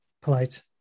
polite